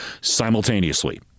simultaneously